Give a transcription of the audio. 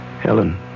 Helen